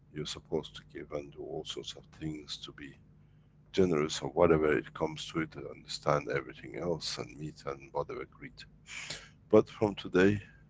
you're supposed to give and do all sorts of things, to be generous or whatever, it comes to it and understand everything else, and meet and whatever, but ah greet. but from today,